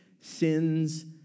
sins